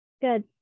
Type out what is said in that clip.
Good